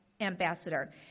ambassador